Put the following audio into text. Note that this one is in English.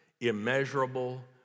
immeasurable